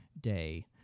day